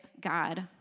God